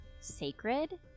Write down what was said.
sacred